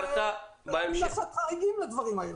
חייבים לעשות חריגים לדברים האלה.